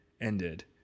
ended